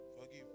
Forgive